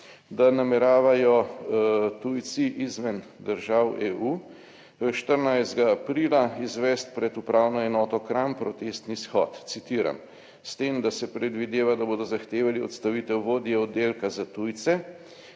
da nameravajo tujci izven držav EU, 14. aprila izvesti pred upravno enoto Kranj protestni shod, citiram: »S tem, da se predvideva, da bodo zahtevali odstavitev vodje oddelka za tujce,